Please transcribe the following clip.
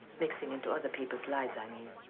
mixing into other people's lives, i mean.